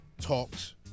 Talks